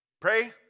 Pray